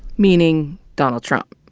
meaning, donald trump.